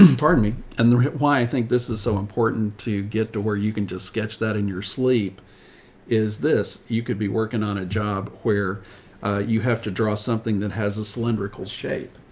and pardon me, and the reason why i think this is so important to get to where you can just sketch that in your sleep is this. you could be working on a job where you have to draw something that has a cylindrical shape.